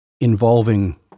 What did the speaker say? involving